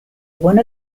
one